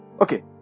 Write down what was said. Okay